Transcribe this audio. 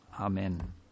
Amen